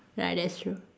ya that's true